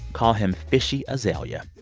call him fishy azalea.